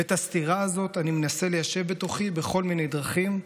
ואת הסתירה הזאת אני מנסה ליישב בתוכי בכל מיני דרכים.